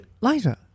Lighter